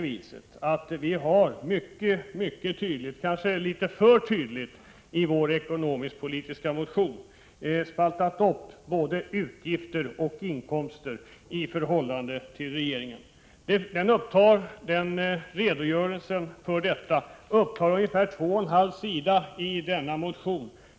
Vi har mycket tydligt — kanske för tydligt — i vår ekonomisk-politiska motion spaltat upp både utgifter och inkomster i förhållande till regeringens. Den redogörelsen upptar ungefär två och en halv sida i vår motion.